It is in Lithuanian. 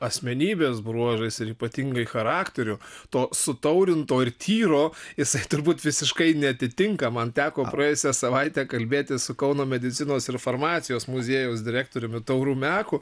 asmenybės bruožais ir ypatingai charakteriu to sutaurinto ir tyro jisai turbūt visiškai neatitinka man teko praėjusią savaitę kalbėtis su kauno medicinos ir farmacijos muziejaus direktoriumi tauru meku